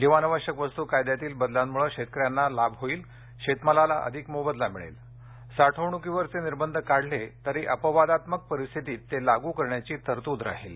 जीवनावश्यक वस्तू कायद्यातील बदलांमुळे शेतकर्यांसना फायदा होईल शेतमालाला अधिक मोबदला मिळेल साठवणुकीवरचे निर्बंध काढले तरी अपवादात्मक परिस्थितीत ते लागू करण्याची तरतूद राहील